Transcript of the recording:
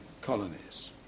colonies